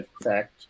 effect